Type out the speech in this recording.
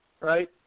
right